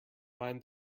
mind